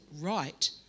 right